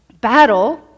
battle